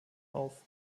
auf